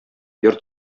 йорт